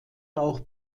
auch